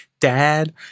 dad